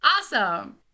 awesome